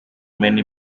many